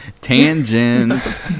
Tangent